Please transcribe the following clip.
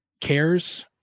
cares